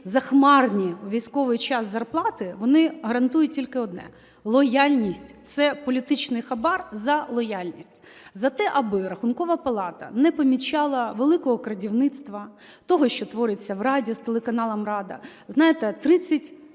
захмарні у військовий час зарплати, вони гарантують тільки одне – лояльність, це політичний хабар за лояльність, за те, аби Рахункова палата не помічала "великого крадівництва", того, що твориться в Раді з телеканалом "Рада". Знаєте, 33 роки